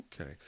Okay